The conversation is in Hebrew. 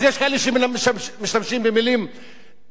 אז יש כאלה שמשתמשים במלים מכובסות